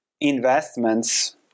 investments